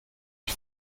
die